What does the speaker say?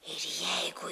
ir jeigu